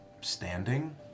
standing